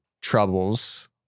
troubles